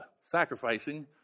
sacrificing